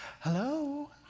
Hello